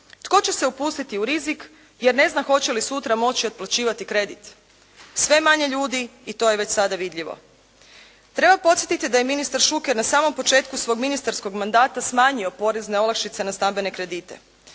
Tko će se upustiti u rizik, jer ne zna hoće li moći sutra otplaćivati kredit? Sve manje ljudi i to je već sada vidljivo. Treba podsjetiti da je ministar Šuker na samom početku svog ministarskog mandata smanjio porezne olakšice na stambene krediti.